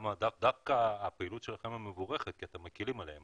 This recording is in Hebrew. דווקא הפעילות שלכם היא מבורכת כי אתם מקלים עליהם